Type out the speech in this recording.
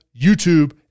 YouTube